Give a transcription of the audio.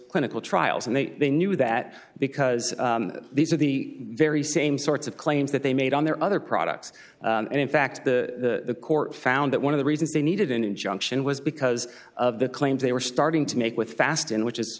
clinical trials and they knew that because these are the very same sorts of claims that they made on their other products and in fact the court found that one of the reasons they needed an injunction was because of the claims they were starting to make with fast and which is